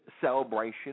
celebration